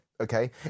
Okay